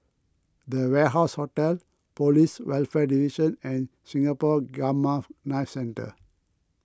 the Warehouse Hotel Police Welfare Division and Singapore Gamma Knife Centre